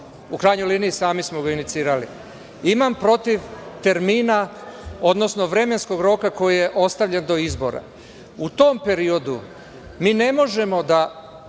u krajnjoj liniji sami smo ga inicirali, imam protiv termina odnosno vremenskog roka koji je ostavljen do izbora. U tom periodu mi ne možemo da